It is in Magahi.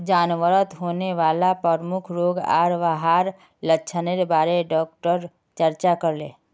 जानवरत होने वाला प्रमुख रोग आर वहार लक्षनेर बारे डॉक्टर चर्चा करले